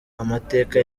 amateka